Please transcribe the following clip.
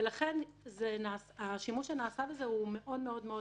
ולכן השימוש שנעשה בזה הוא מאוד מאוד מצומצם.